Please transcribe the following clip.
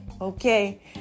Okay